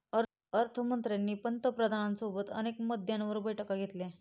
अर्थ मंत्र्यांनी पंतप्रधानांसोबत अनेक मुद्द्यांवर बैठका घेतल्या